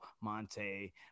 Monte